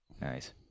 Nice